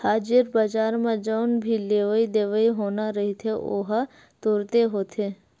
हाजिर बजार म जउन भी लेवई देवई होना रहिथे ओहा तुरते होथे